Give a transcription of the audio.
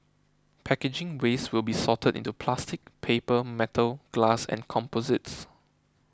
packaging waste will be sorted into plastic paper metal glass and composites